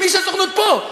אם איש הסוכנות פה?